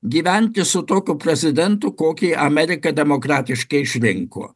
gyventi su tokiu prezidentu kokį amerika demokratiškai išrinko